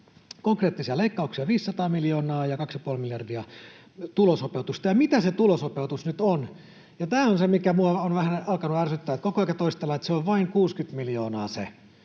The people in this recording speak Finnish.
konkreettisia leikkauksia 500 miljoonaa ja 2,5 miljardia tulosopeutusta. Ja mitä se tulosopeutus nyt on? Tämä on se, mikä minua on vähän alkanut ärsyttää. Koko aika toistellaan, että se on vain 60 miljoonaa se